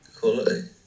Quality